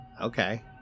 Okay